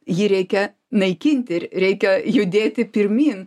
jį reikia naikinti reikia judėti pirmyn